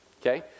Okay